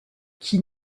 qui